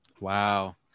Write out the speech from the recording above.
Wow